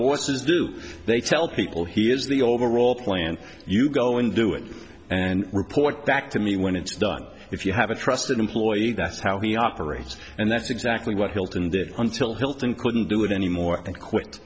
voices do they tell people he has the overall plan you go in do it and report back to me when it's done if you have a trusted employee that's how he operates and that's exactly what hilton did until hilton couldn't do it anymore and qui